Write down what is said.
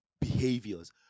behaviors